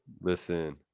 Listen